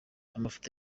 amafoto